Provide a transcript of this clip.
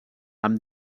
amb